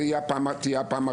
זו תהיה הפעם הראשונה.